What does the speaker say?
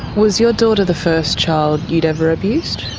was your daughter the first child you'd ever abused?